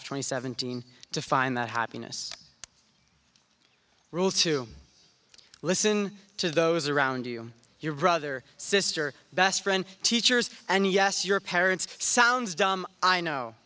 twenty seventeen to find that happiness rules to listen to those around you your brother sister best friend teachers and yes your parents sounds dumb i know